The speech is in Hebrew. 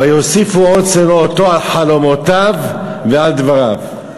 ויוסִפו עוד שנֹא אֹתו על חלֹמֹתיו ועל דבריו".